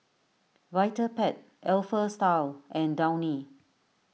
Vitapet Alpha Style and Downy